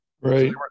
Right